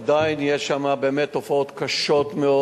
עדיין יש שם באמת תופעות קשות מאוד.